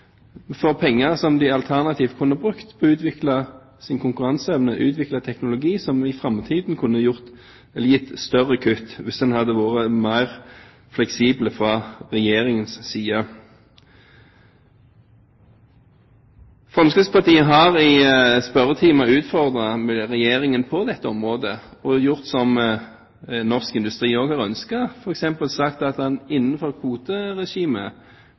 for penger som de alternativt kunne ha brukt på å utvikle sin konkurranseevne, utvikle teknologi som i framtiden kunne ha gitt større kutt hvis en hadde vært mer fleksibel fra Regjeringens side. Fremskrittspartiet har i spørretimer utfordret Regjeringen på dette området og gjort som norsk industri også har ønsket, f.eks. sagt at en innenfor kvoteregimet